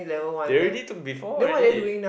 they already took before already